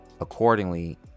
accordingly